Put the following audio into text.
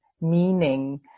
meaning